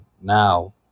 now